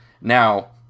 Now